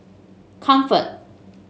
Comfort